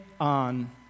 on